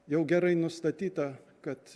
jau gerai nustatyta kad